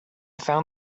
found